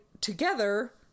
together